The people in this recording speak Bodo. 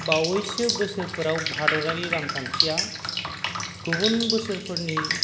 बावैसो बोसोरफोराव भारतारि रांखान्थिया गुबुन बोसोरफोरनि